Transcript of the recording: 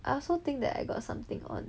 I also think that I got something on